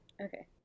Okay